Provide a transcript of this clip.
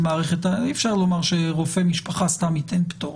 אי אפשר לומר שרופא משפחה סתם ייתן פטור,